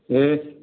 ए